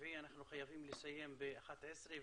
רביעי אנחנו חייבים לסיים ב-11:00.